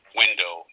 window